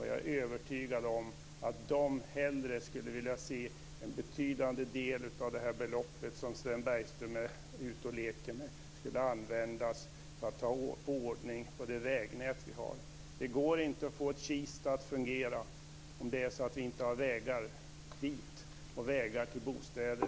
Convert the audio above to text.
Jag är övertygad om att de hellre skulle vilja se att en betydande del av det belopp som Sven Bergström är ute och leker med skulle användas för att få ordning på vägnätet. Det går inte att få ett Kista att fungera om det inte finns vägar dit och vägar till bostäder.